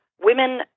women